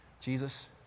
Jesus